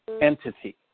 entity